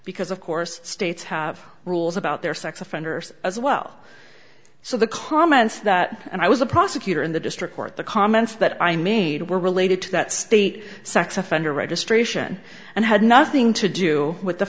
because of course states have rules about their sex offenders as well so the comments that and i was a prosecutor in the district court the comments that i made were related to that state sex offender registration and had nothing to do with the